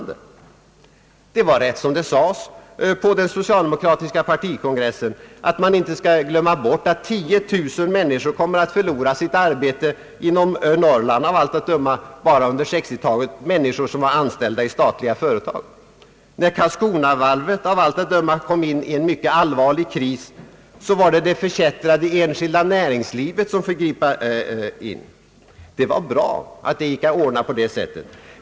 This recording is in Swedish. Det var rätt som det sades på den socialdemokratiska partikongressen, att man inte skall glömma bort att 10 000 människor av allt att döma kommer att förlora sitt arbete inom den statliga verksamheten i Norrland bara på 1960-talet. När Karlskronavarvet av allt att döma kom in i en mycket allvarlig kris fick det förkättrade enskilda näringslivet gripa in. Det var bra att det gick att ordna på det sättet.